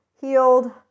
healed